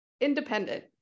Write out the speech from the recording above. independent